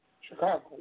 Chicago